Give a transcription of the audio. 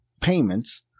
payments